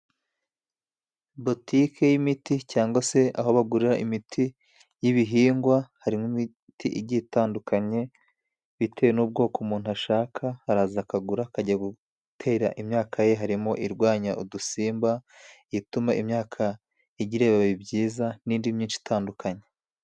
Botike y'imiti cyangwa se aho bagurira imiti y'ibihingwa harimo imiti igiye igitandukanye bitewe n'ubwoko umuntu ashaka araza akagura akajya gutera imyaka ye harimo irwanya udusimba, ituma imyaka igira ibibabi byiza n'indi myinshi itandukanye.